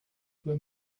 were